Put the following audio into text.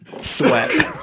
Sweat